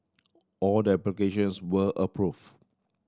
all the applications were approved